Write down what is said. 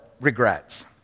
regrets